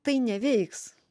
tai neveiks